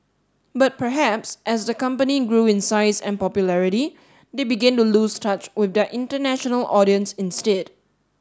but perhaps as the company grew in size and popularity they began to lose touch with their international audience instead